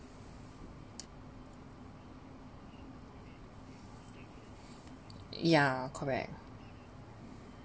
ya correct